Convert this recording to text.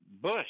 bush